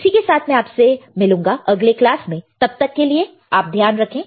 इसी के साथ मैं आपसे मिलूंगा अगले क्लास में तब तक के लिए आप ध्यान रखें